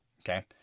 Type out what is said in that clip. Okay